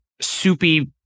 soupy